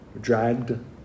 dragged